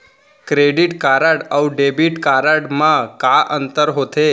Credit card अऊ debit card मा का अंतर होथे?